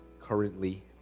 currently